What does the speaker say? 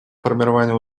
формирования